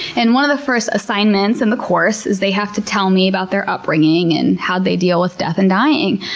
and one of the first assignments in the course is they have to tell me about their upbringing and how they deal with death and dying.